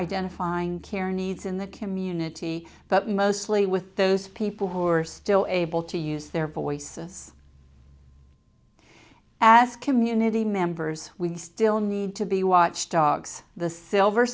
identifying care needs in the community but mostly with those people who are still able to use their voices as community members we still need to be watchdogs the silver